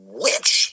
witch